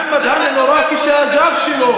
משפטית אני לא מסכימה אתך.